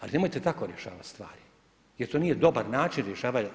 A nemojte tako rješavati stvari, jer to nije dobar način rješavanja.